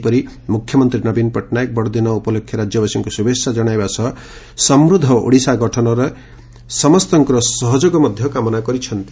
ସେହିପରି ମୁଖ୍ୟମନ୍ତୀ ନବୀନ ପଟ୍ଟନାୟକ ବଡ଼ଦିନ ଉପଲକେ ରାଜ୍ୟବାସୀଙ୍କୁ ଶୁଭେଛା ଜଣାଇବା ସହ ସମୃଦ୍ଧ ଓଡ଼ିଶା ଗଠନର ସମସ୍ତଙ୍କର ସହଯୋଗ କାମନା କରିଛନ୍ତି